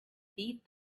beat